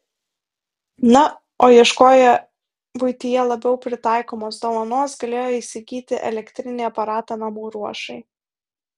na o ieškoję buityje labiau pritaikomos dovanos galėjo įsigyti elektrinį aparatą namų ruošai